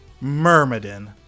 Myrmidon